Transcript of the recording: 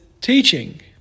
teaching